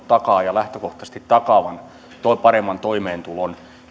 lähtökohtaisesti takaavan paremman toimeentulon